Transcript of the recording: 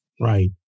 Right